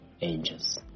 angels